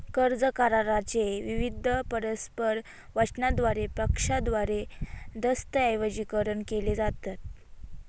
कर्ज करारा चे विविध परस्पर वचनांद्वारे पक्षांद्वारे दस्तऐवजीकरण केले जातात